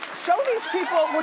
show these people what